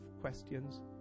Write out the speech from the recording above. questions